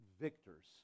victors